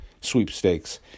sweepstakes